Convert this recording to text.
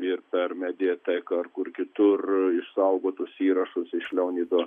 ir per mediateką ar kur kitur išsaugotus įrašus iš leonido